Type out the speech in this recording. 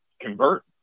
convert